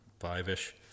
five-ish